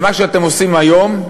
מה שאתם עושים היום,